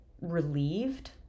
relieved